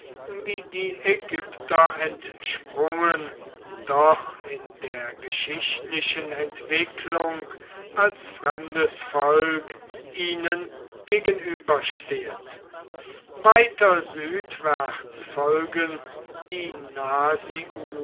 wie die ägypter entsprungen doch in der geschichtlichen entwicklung als fremdes volk ihnen gegenüberstehend weiter südwärts folgen die